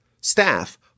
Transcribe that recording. staff